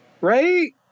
Right